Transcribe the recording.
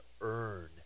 earn